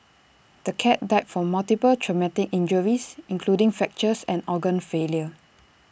the cat died from multiple traumatic injuries including fractures and organ failure